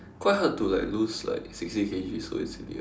quite hard to like lose like sixty K_G